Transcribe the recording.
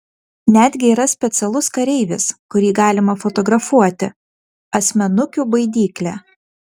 netgi yra specialus kareivis kurį galima fotografuoti asmenukių baidyklė